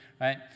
right